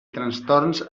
trastorns